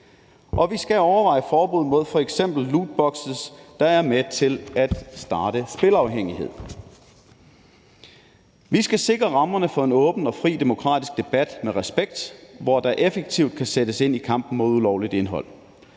og vi skal overveje forbud mod f.eks. lootbokse, der er med til at starte spilafhængighed. Vi skal sikre rammerne for en åben og fri demokratisk debat med respekt, hvor der effektivt kan sættes ind i kampen imod ulovligt indhold.